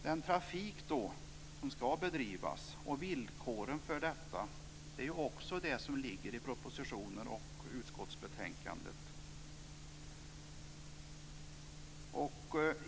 Den trafik som ska bedrivas och villkoren för detta är också frågor som finns i propositionen och betänkandet.